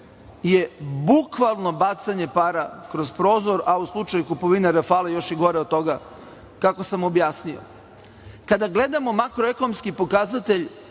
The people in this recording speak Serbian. je bukvalno bacanje para kroz prozor, a u slučaju kupovine „Rafala“ još i gore od toga, kako sam objasnio. Kada gledamo makroekonomski pokazatelj